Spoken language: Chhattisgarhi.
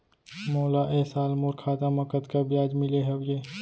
मोला ए साल मोर खाता म कतका ब्याज मिले हवये?